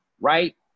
right